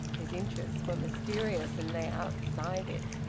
his interests were mysterious, and lay outside it.